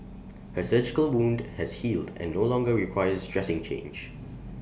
her surgical wound has healed and no longer requires dressing change